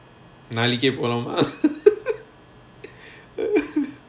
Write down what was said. நாளைக்கே போலாமா:nalaikae polaamaa